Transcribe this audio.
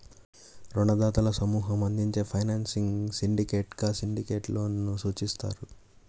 రుణదాతల సమూహం అందించే ఫైనాన్సింగ్ సిండికేట్గా సిండికేట్ లోన్ ని సూచిస్తారు